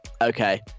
okay